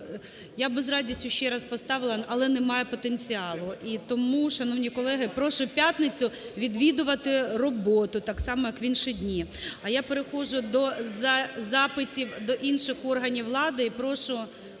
Я би з радістю ще раз поставила, але немає потенціалу. І тому, шановні колеги, прошу в п'ятницю відвідувати роботу, так само, як в інші дні. А переходжу до запитів, до інших органів влади і прошу